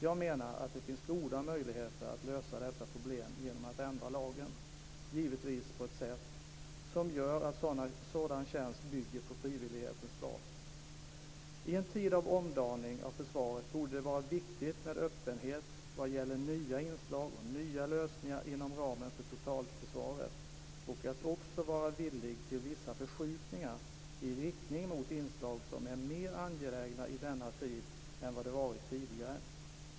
Jag menar att det finns goda möjligheter att lösa detta problem genom att ändra lagen, givetvis på ett sätt som gör att sådan tjänst bygger på frivillighet. I en tid av omdaning av försvaret borde det vara viktigt med öppenhet när det gäller nya inslag och nya lösningar inom ramen för totalförsvaret och att vara villig till vissa förskjutningar i riktning mot inslag som är mer angelägna i denna tid än de varit tidigare.